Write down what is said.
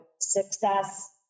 success